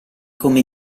come